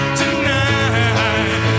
tonight